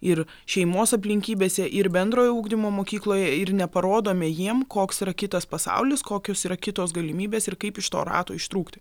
ir šeimos aplinkybėse ir bendrojo ugdymo mokykloje ir neparodome jiem koks yra kitas pasaulis kokios yra kitos galimybės ir kaip iš to rato ištrūkti